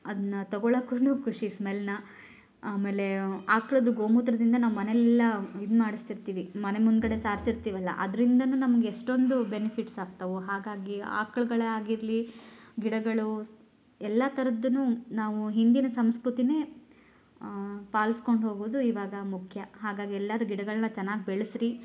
ಅದನ್ನ ತಗೊಳ್ಳೋಕ್ಕೂ ಖುಷಿ ಸ್ಮೆಲ್ನ ಆಮೇಲೆ ಆಕಳ್ದು ಗೋಮೂತ್ರದಿಂದ ನಾವು ಮನೇಲಿ ಎಲ್ಲ ಇು ಮಾಡಿಸ್ತಿರ್ತೀವಿ ಮನೆ ಮುಂದ್ಗಡೆ ಸಾರಿಸಿರ್ತೀವಲ್ಲ ಅದ್ರಿಂದಲೂ ನಮ್ಗೆ ಎಷ್ಟೊಂದು ಬೆನಿಫಿಟ್ಸ್ ಆಗ್ತಾವೆ ಹಾಗಾಗಿ ಆಕಳುಗಳೇ ಆಗಿರಲಿ ಗಿಡಗಳು ಎಲ್ಲ ಥರದ್ದೂನು ನಾವು ಹಿಂದಿನ ಸಂಸ್ಕೃತಿಯೇ ಪಾಲ್ಸ್ಕೊಂಡು ಹೋಗೋದು ಇವಾಗ ಮುಖ್ಯ ಹಾಗಾಗಿ ಎಲ್ಲರೂ ಗಿಡಗಳನ್ನ ಚೆನ್ನಾಗಿ ಬೆಳೆಸಿರಿ